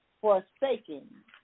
forsaken